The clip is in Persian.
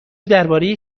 درباره